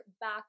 back